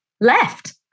left